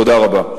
תודה רבה.